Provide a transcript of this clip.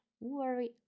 worry